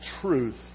truth